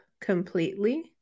completely